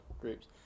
groups